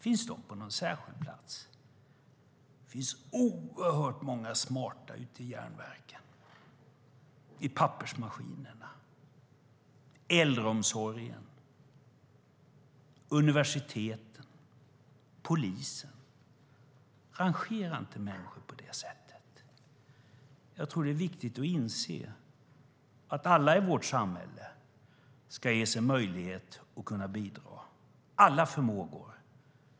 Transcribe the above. Finns de på någon särskild plats? Det finns oerhört många smarta ute i järnverken, vid pappersmaskinerna, i äldreomsorgen, vid universiteten och vid polisen. Rangera inte människor på det sättet! Jag tror att det är viktigt att inse att alla i vårt samhälle ska ges en möjlighet att bidra. Det handlar om alla förmågor.